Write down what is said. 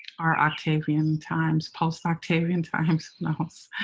our octavian times, post-octavian times. love